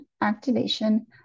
activation